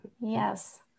Yes